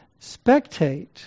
spectate